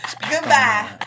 Goodbye